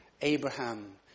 Abraham